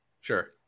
Sure